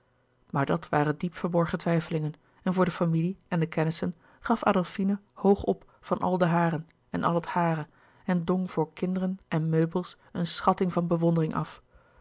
maar dat waren diep verborgen twijfelingen en voor de familie en de kennissen gaf adolfine hoog op van al de haren en al het hare en dong voor kinderen en meubels een schatlouis couperus de boeken der kleine zielen ting van bewondering af